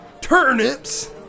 turnips